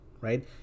right